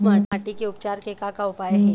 माटी के उपचार के का का उपाय हे?